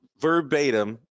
verbatim